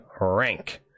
rank